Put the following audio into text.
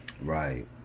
Right